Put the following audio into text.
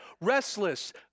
restless